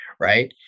Right